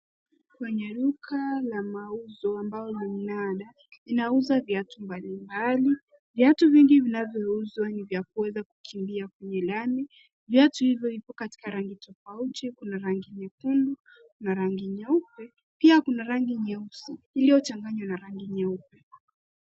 Kwenye duka la mauzo ambao ni mnada, inauza viatu mbalimbali. Viatu vingi vinavyouzwa ni vya kuweza kukimbia kwenye lami. Viatu hivyo vipo katika rangi tofauti. Kuna rangi nyekundu kuna rangi nyeupe, pia kuna rangi nyeusi iliyochanganywa na rangi nyeupe.